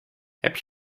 heb